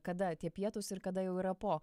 kada tie pietūs ir kada jau yra po